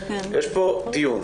יש פה דיון,